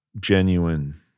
genuine